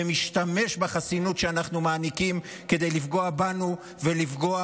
ומשתמש בחסינות שאנחנו מעניקים כדי לפגוע בנו ולפגוע